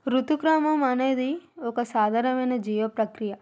ఋతుక్రమం అనేది ఒక సాధారణమయిన జీవప్రక్రియ